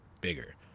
bigger